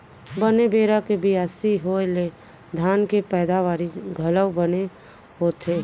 बने बेरा के बियासी होय ले धान के पैदावारी घलौ बने होथे